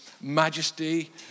majesty